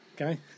okay